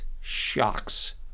shocks